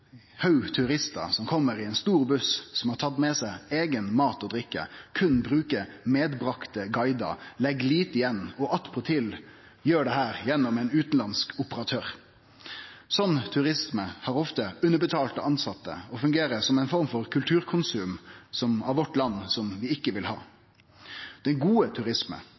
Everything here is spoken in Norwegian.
stor buss, som har tatt med seg eigen mat og eiga drikke, berre bruker medbringa guidar, legg lite igjen og attpåtil gjer dette gjennom ein utanlandsk operatør. Slik turisme har ofte underbetalte tilsette og fungerer som ei form for kulturkonsum av landet vårt, som vi ikkje vil ha. Den gode turismen